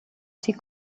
sie